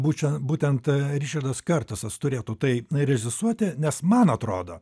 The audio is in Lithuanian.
būčiau būtent ričardas kertusas turėtų tai režisuoti nes man atrodo